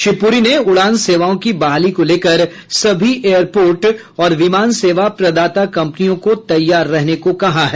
श्री पुरी ने उड़ान सेवाओं की बहाली को लेकर सभी एयरपोर्ट और विमान सेवा प्रदाता कंपनियों को तैयार रहने को कहा है